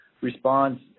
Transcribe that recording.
response